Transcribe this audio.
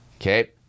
Okay